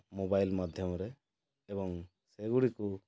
mobile ମାଧ୍ୟମରେ ଏବଂ ସେଗୁଡ଼ିକୁ